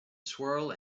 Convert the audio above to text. swirl